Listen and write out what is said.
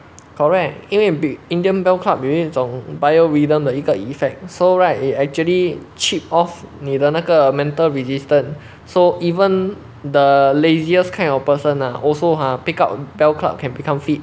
correct 因为 be indian bell club 有一种 bio rythm 的一个 effect so right it actually chip off 你的那个 mental resistance so even the laziest kind of person ah also ha pick up on bell club can become fit